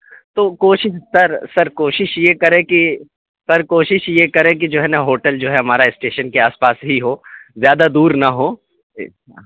تو کوشش sir sir کوشش یہ کریں کہ سر کوشش یہ کریں کہ جو ہے نا ہوٹل جو ہے ہمارا اسٹیشن کے آس پاس ہی ہو زیادہ دور نہ ہو